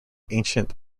ancient